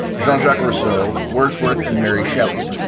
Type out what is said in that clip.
john jack, ah so wordsworth and mary shelley.